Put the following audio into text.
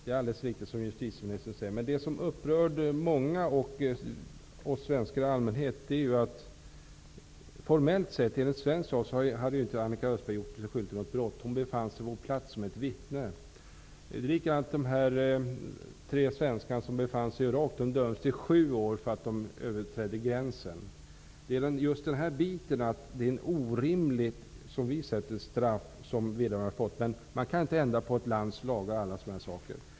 Fru talman! Det justitieministern säger är alldeles riktigt. Men det som upprörde många svenskar är att Annika Östberg enligt svensk lag inte gjort sig skyldig till något brott. Hon befann sig på brottsplatsen som ett vittne. Samma sak gäller de tre svenskar som dömdes till sju års fängelse för att de överträdde gränsen till Irak. Som vi ser det har vederbörande fått orimliga straff, men vi kan inte ändra på ett lands lagar.